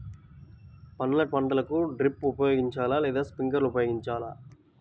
పండ్ల పంటలకు డ్రిప్ ఉపయోగించాలా లేదా స్ప్రింక్లర్ ఉపయోగించాలా?